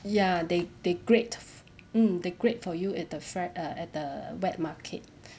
ya they they grate mm they grate for you at the fr~ err at the wet market